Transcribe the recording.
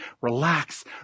relax